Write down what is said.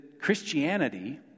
Christianity